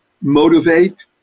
motivate